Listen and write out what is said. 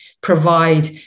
provide